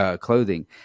clothing